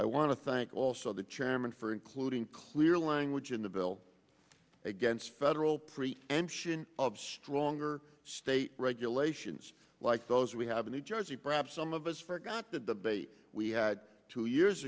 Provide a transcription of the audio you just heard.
i want to thank also the chairman for including clear language in the bill against federal preemption of stronger state regulations like those we have a new jersey perhaps some of us forgot the debate we had two years